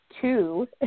two